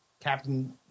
Captain